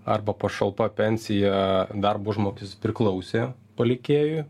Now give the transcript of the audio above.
arba pašalpa pensija darbo užmokestis priklausė palikėjui